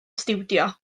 stiwdio